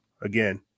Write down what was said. Again